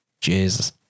Jesus